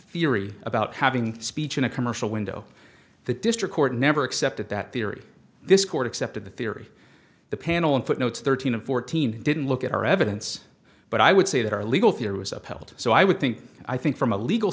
theory about having speech in a commercial window the district court never accepted that theory this court accepted the theory the panel in footnotes thirteen and fourteen didn't look at our evidence but i would say that our legal theory was upheld so i would think i think from a legal